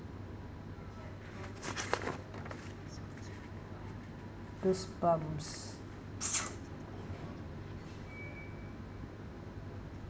goosebumps